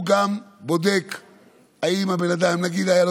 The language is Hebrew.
הוא גם בודק אם הבן אדם: נגיד היה לו